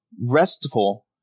restful